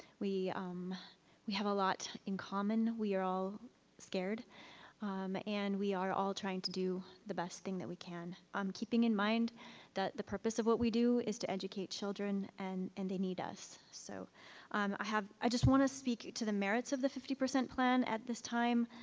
we um we have a lot in common. we are all scared and we are all trying to do the best thing that we can. um keeping in mind that the purpose of what we do is to educate children and and they need us. so i have, i just wanna speak to the merits of the fifty percent plan at this time.